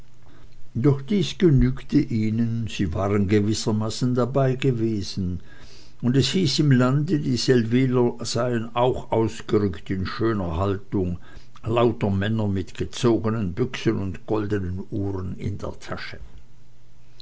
doch dies genügte ihnen sie waren gewissermaßen dabeigewesen und es hieß im lande die seldwyler seien auch ausgerückt in schöner haltung lauter männer mit gezogenen büchsen und goldenen uhren in der tasche